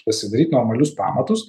pasidaryt normalius pamatus